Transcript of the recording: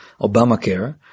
Obamacare